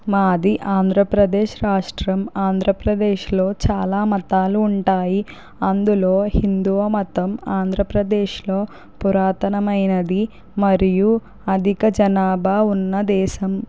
మాది ఆంధ్ర ప్రదేశ్ రాష్ట్రం ఆంధ్రప్రదేశ్లో చాలా మతాలు ఉంటాయి అందులో హిందూమతం ఆంధ్రప్రదేశ్లో పురాతనమైనది మరియు అధిక జనాభా ఉన్న దేశం